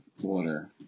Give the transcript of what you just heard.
water